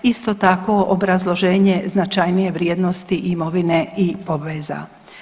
Isto tako obrazloženje značajnije vrijednosti imovine i obveza.